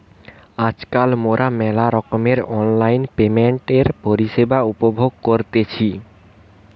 আজকাল মোরা মেলা রকমের অনলাইন পেমেন্টের পরিষেবা উপভোগ করতেছি